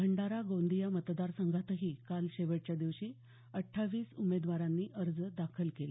भंडारा गोंदिया मतदारसंघांतही काल शेवटच्या दिवशी अट्टावीस उमेदवारांनी अर्ज दाखल केले